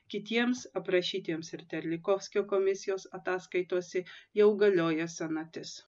kitiems aprašytiems ir terlikovskio komisijos ataskaitose jau galioja senatis